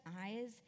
eyes